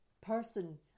person